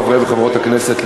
חברי וחברות הכנסת,